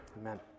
amen